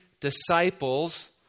disciples